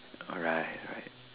all right all right